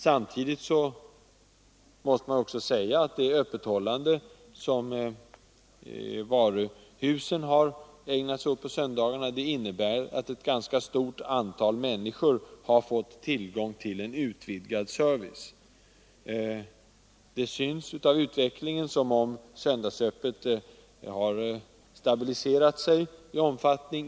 Samtidigt kan man konstatera att det öppethållande som varuhusen tillämpat på söndagarna innebär att ett ganska stort antal människor har fått tillgång till utvidgad service. Det synes av utvecklingen som om söndagsöppet har stabiliserats i omfattning.